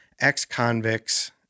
ex-convicts